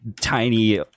tiny